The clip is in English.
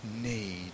need